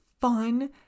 fun